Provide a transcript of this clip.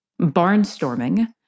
barnstorming